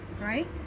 right